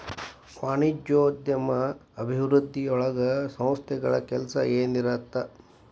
ವಾಣಿಜ್ಯೋದ್ಯಮ ಅಭಿವೃದ್ಧಿಯೊಳಗ ಸಂಸ್ಥೆಗಳ ಕೆಲ್ಸ ಏನಿರತ್ತ